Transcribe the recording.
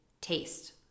taste